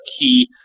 key